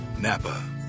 NAPA